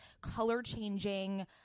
color-changing